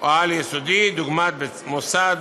או על-יסודי, דוגמת מוסד